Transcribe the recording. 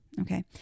Okay